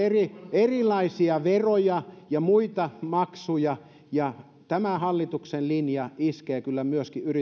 erilaisia veroja ja muita maksuja ja tämä hallituksen linja iskee kyllä myöskin